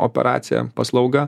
operacija paslauga